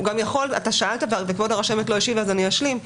אתה שאלת וכבוד הרשמת לא השיבה אז אני אשלים.